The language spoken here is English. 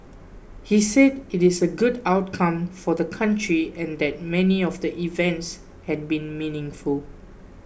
he said it is a good outcome for the country and that many of the events had been meaningful